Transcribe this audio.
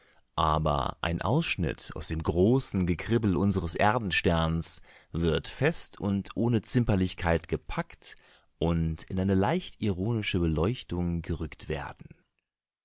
aber ein ausschnitt aus dem großen gekribbel unseres erdensterns wird fest und ohne zimperlichkeit gepackt und in eine leicht ironische beleuchtung gerückt werden